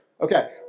Okay